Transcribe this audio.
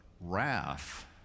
wrath